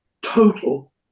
total